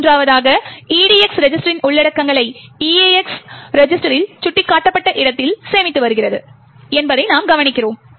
மூன்றாவதாக EDX ரெஜிஸ்டரின் உள்ளடக்கங்களை EAX ரெஜிஸ்டரில் சுட்டிக்காட்டப்பட்ட இடத்தில் சேமித்து வருகிறோம் என்பதை நாம் கவனிக்கிறோம்